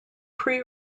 pre